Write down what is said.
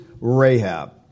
Rahab